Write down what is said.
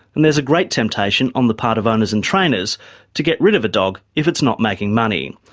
and there's a great temptation on the part of owners and trainers to get rid of a dog if it's not making money.